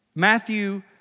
Matthew